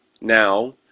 now